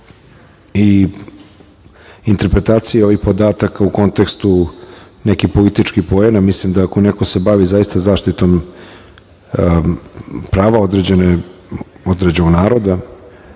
i interpretacije ovih podataka u kontekstu nekih političkih poena. Mislim, da ako se neko zaista bavi zaštitom prava određenog naroda,